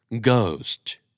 ghost